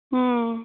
ᱦᱮᱸ